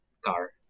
car